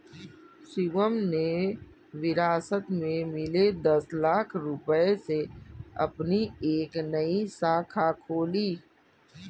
शिवम ने विरासत में मिले दस लाख रूपए से अपनी एक नई शाखा खोली